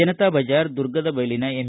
ಜನತಾ ಬಜಾರ್ ದುರ್ಗದ ಬೈಲಿನ ಎಂ